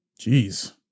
Jeez